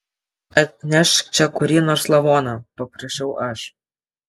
atnešk čia kurį nors lavoną paprašiau aš